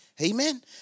Amen